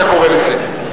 אתה קורא לזה,